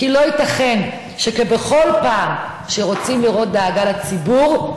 כי לא ייתכן שבכל פעם שרוצים להראות דאגה לציבור,